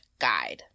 guide